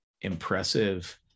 impressive